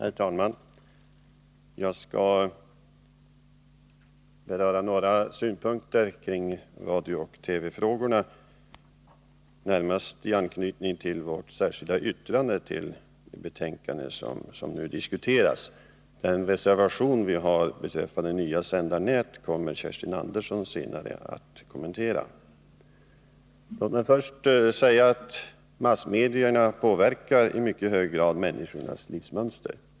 Herr talman! Jag skall anföra några synpunkter kring radiooch TV-frågorna, närmast i anknytning till vårt särskilda yttrande till det betänkande som nu diskuteras. Den reservation som vi har beträffande nya sändarnät kommer Kerstin Andersson i Kumla senare att kommentera. Låt mig först säga att massmedierna påverkar i mycket hög grad människornas livsmönster.